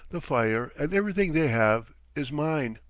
the fire, and everything they have is mine.